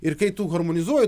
ir kai tu harmonizuoji